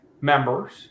members